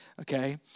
Okay